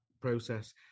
process